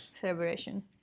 celebration